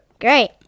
Great